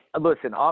listen